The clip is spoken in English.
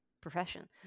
Profession